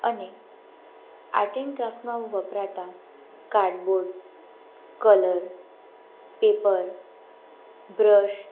અને art and ક્રાફ્ટમાં વપરાતા cardboard colour paper brush